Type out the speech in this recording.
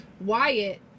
Wyatt